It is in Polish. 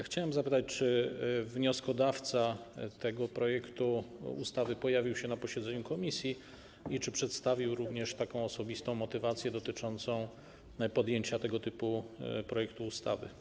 Chciałem zapytać, czy wnioskodawca tego projektu ustawy pojawił się na posiedzeniu komisji i czy przedstawił również osobistą motywację dotyczącą podjęcia tego typu projektu ustawy?